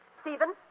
Stephen